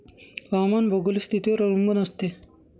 हवामान भौगोलिक स्थितीवर अवलंबून असते